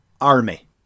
army